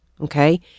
Okay